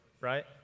right